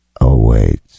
awaits